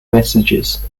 messages